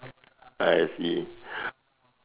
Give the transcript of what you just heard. I see